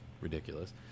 ridiculous